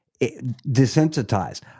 desensitized